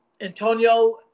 Antonio